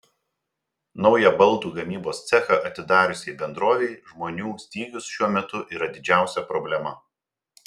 naują baldų gamybos cechą atidariusiai bendrovei žmonių stygius šiuo metu yra didžiausia problema